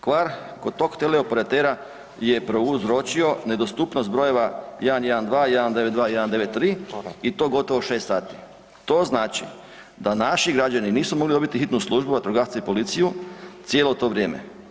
Kvar kod tog teleoperatera je prouzročio nedostupnost brojeva 112, 192, 193 i to gotovo 6 h. To znači da naši građani nisu mogli dobiti hitnu službu, vatrogasce i policiju cijelo to vrijeme.